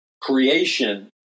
creation